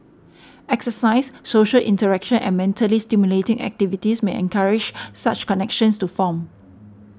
exercise social interaction and mentally stimulating activities may encourage such connections to form